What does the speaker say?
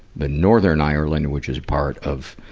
the northern ireland, which is a part of